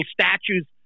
statues